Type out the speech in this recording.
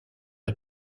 est